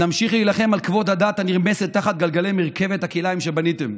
נמשיך להילחם על כבוד הדת הנרמסת תחת גלגלי מרכבת הכלאיים שבניתם,